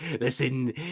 listen